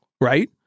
right